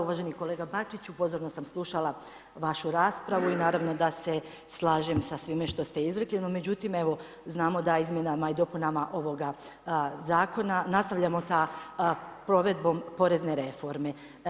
Uvaženi kolega Bačiću, pozorno sam slušala vašu raspravu i naravno da se slažem sa svime što ste izrekli, no međutim, evo, znamo da izmjenama i dopunama ovog zakona, nastavljamo sa provedbom porezne reforme.